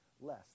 less